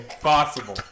possible